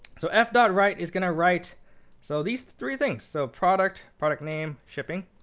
so f dot right is going to write so these three things. so product, product name, shipping.